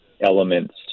elements